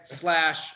slash